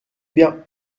bien